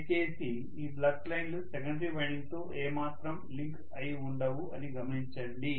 దయచేసి ఈ ఫ్లక్స్ లైన్లు సెకండరీ వైండింగ్ తో ఏమాత్రం లింక్ అయి ఉండవు అని గమనించండి